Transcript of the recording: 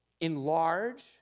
enlarge